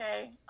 okay